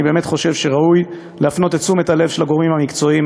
אני באמת חושב שראוי להפנות את תשומת הלב של הגורמים המקצועיים.